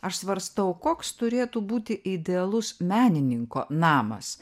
aš svarstau koks turėtų būti idealus menininko namas